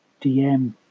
DM